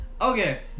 Okay